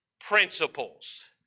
principles